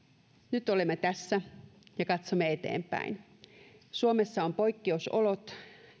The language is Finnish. nyt olemme tässä ja katsomme eteenpäin suomessa on poikkeusolot